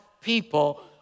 people